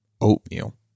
oatmeal